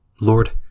Lord